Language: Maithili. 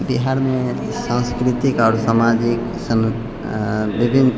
बिहारमे सान्स्कृतिक आओर सामाजिक सन विभिन्न